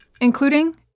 including